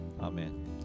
Amen